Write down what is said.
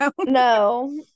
No